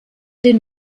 dem